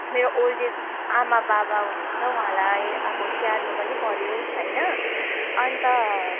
मेरो old age आमा बाबा हुनुहुन्छ उहाँलाई अब स्याहार्नु पनि पऱ्यो होइन अन्त